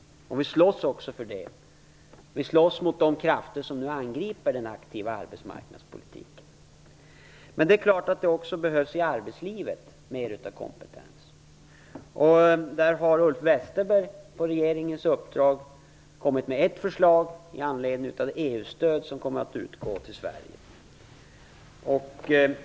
Vi slåss för det. Vi slåss mot de krafter som nu angriper den aktiva arbetsmarknadspolitiken. Men det behövs naturligtvis också i arbetslivet mer av kompetens. Där har Ulf Westerberg på regeringens uppdrag kommit med ett förslag i anledning av det EU-stöd som kommer att utgå till Sverige.